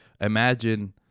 imagine